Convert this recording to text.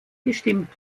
gestimmt